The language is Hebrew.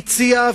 הציע,